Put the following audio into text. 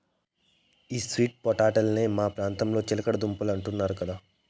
ఈ స్వీట్ పొటాటోలనే మా ప్రాంతంలో చిలకడ దుంపలంటున్నారు కదా